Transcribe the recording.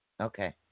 okay